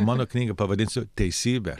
mano knygą pavadinsiu teisybė